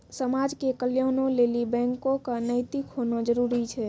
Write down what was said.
समाज के कल्याणों लेली बैको क नैतिक होना जरुरी छै